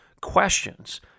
questions